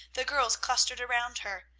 the girls clustered around her,